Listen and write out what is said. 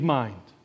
mind